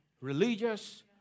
Religious